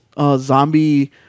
zombie